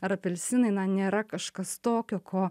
ar apelsinai na nėra kažkas tokio ko